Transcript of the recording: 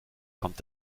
kommt